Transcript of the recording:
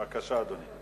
בבקשה, אדוני.